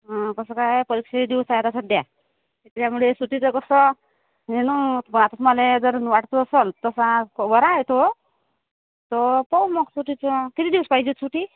कसं काय परीक्षेचे दिवस आहे आता सध्या त्यामुळे सुटीचं कसं नाही ना वाटत मला जर वाटतच असंन तसा कव्हर आहे तो तर पाहू मग सुटीचं किती दिवस पाहिजे सुटी